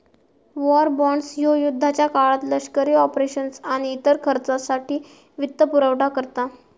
war bonds ह्यो युद्धाच्या काळात लष्करी ऑपरेशन्स आणि इतर खर्चासाठी वित्तपुरवठा करता